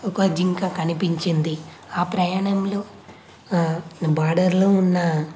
ఒక జింక కనిపించింది ఆ ప్రయాణంలో బార్డర్లో ఉన్న